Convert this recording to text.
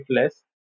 less